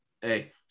Hey